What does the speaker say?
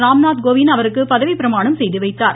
ராம்நாத் கோவிந்த் அவருக்கு பதவிப் பிரமாணம் செய்து வைத்தார்